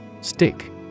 Stick